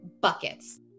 buckets